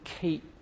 keep